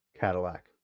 Cadillac